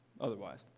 otherwise